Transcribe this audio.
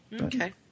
okay